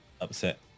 upset